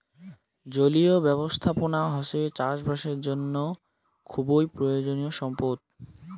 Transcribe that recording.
জলীয় ব্যবস্থাপনা হসে চাষ বাসের জন্য খুবই প্রয়োজনীয় সম্পদ